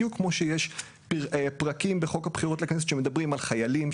בדיוק כמו שיש פרקים בחוק הבחירות לכנסת שמדברים על חיילים,